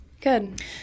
Good